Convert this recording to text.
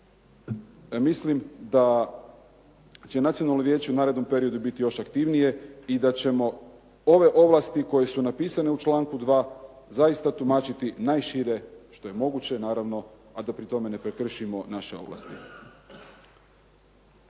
mislim da će Nacionalno vijeće u narednom periodu biti još aktivnije i da ćemo ove ovlasti koje su napisane u članku 2. zaista tumačiti najšire što je moguće naravno a da pri tome ne prekršimo naše ovlasti.